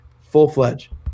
full-fledged